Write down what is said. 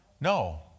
No